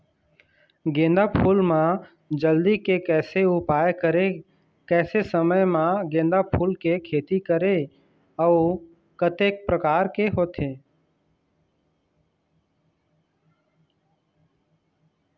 गेंदा फूल मा जल्दी के कैसे उपाय करें कैसे समय मा गेंदा फूल के खेती करें अउ कतेक प्रकार होथे?